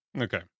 Okay